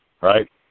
right